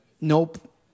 Nope